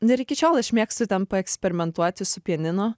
na ir iki šiol aš mėgstu ten paeksperimentuoti su pianinu